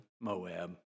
Moab